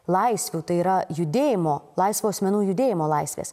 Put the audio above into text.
laisvių tai yra judėjimo laisvo asmenų judėjimo laisvės